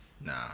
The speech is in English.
nah